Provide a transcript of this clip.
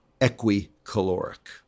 equi-caloric